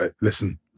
listen